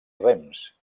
rems